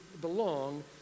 belong